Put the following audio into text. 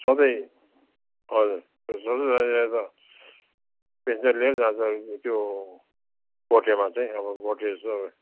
सधैँ हजुर सधैँ जाने गाडी त पेसेन्जर लिएर जान्छ त्यो गोटेमा चाहिँ अब गोटेहरू छ